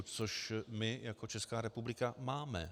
Což my jako Česká republika máme.